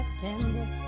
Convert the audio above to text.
September